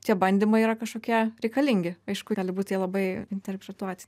tie bandymai yra kažkokie reikalingi aišku gali būti jie labai interpretuoti